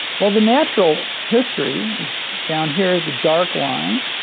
well, the natural history is down here. the dark line.